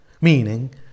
meaning